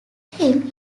him